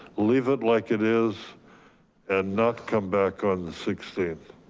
leave it like it is and not come back on the sixteenth.